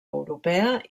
europea